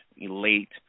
late